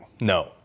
No